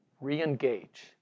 re-engage